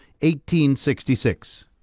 1866